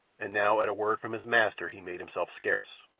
and now at a word from his master he made himself scarce.